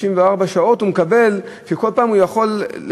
וכל פעם הוא יכול,